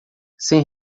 sem